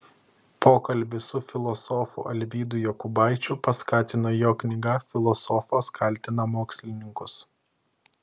pokalbį su filosofu alvydu jokubaičiu paskatino jo knyga filosofas kaltina mokslininkus